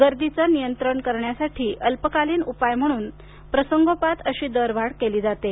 गर्दीचं नियंत्रण करण्यासाठी अल्प कालीन उपाय म्हणून प्रसंगोपात अशी दरवाढ केली जाते